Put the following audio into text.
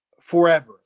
forever